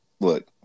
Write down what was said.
Look